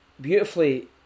beautifully